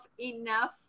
enough